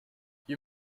you